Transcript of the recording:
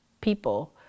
people